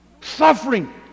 suffering